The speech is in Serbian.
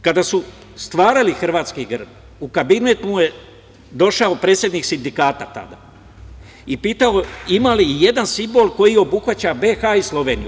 Kada su stvarali hrvatski grb, u kabinet mu je došao predsednik sindikata tada i pitao – ima li ijedan simbol koji obuhvata BiH i Sloveniju?